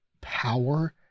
power